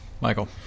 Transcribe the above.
Michael